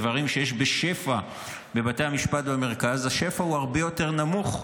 דברים שיש בשפע בבתי המשפט במרכז, השפע הוא הרבה יותר נמוך,